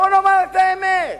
בואו נאמר את האמת.